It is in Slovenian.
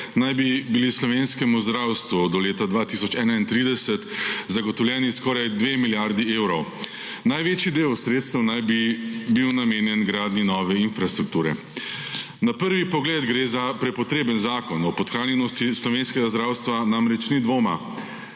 naj bi bili slovenskemu zdravstvu do leta 2031 zagotovljeni skoraj dve milijardi evrov. Največji del sredstev naj bi bil namenjen gradnji nove infrastrukture. Na prvi pogled gre za prepotreben zakon, o podhranjenosti slovenskega zdravstva namreč ni dvoma.